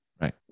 right